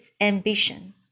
ambition